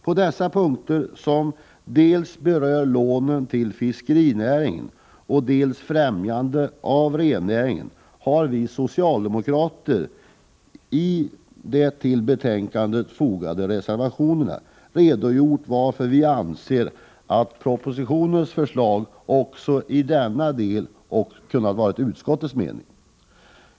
På dessa punkter, som berör dels lånen till fiskerinäringen, dels främjandet av rennäringen, har vi socialdemokrater i de till betänkandet fogade reservationerna redogjort för varför vi anser att propositionens förslag också i dessa delar borde ha kunnat vara utskottets mening.